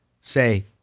say